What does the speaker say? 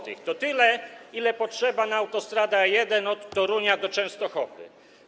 To tyle, ile potrzeba na autostradę A1 od Torunia do Częstochowy.